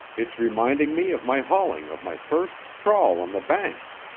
it's reminding me of my hauling of my first trawl on the banks.